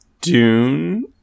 dune